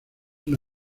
una